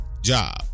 job